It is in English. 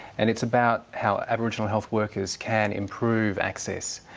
and it's about how aboriginal health workers can improve access,